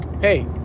hey